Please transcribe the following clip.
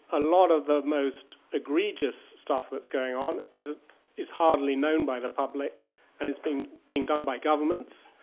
a lot of the most egregious stuff that's going on is ah is hardly known by the public and it's being being done by governments.